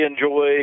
enjoy